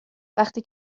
وقتی